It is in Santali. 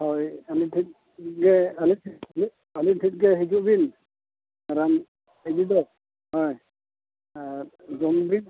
ᱦᱳᱭ ᱟᱹᱞᱤᱧ ᱴᱷᱮᱱ ᱜᱮ ᱟᱹᱞᱤᱧ ᱴᱷᱮᱱ ᱜᱮ ᱦᱤᱡᱩᱜ ᱵᱤᱱ ᱨᱟᱱ ᱤᱫᱤ ᱫᱚ ᱦᱳᱭ ᱟᱨ ᱡᱚᱢ ᱵᱤᱱ